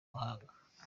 mahanga